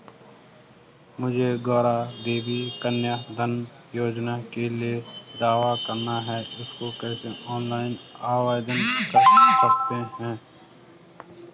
मुझे गौरा देवी कन्या धन योजना के लिए दावा करना है इसको कैसे ऑनलाइन आवेदन कर सकते हैं?